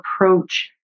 approach